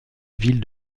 ville